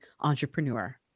entrepreneur